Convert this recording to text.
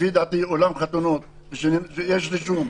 לפי דעתי אולם חתונות, כשיש רישום,